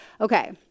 Okay